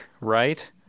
right